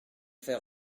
faire